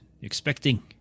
expecting